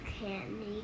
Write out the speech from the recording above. Candy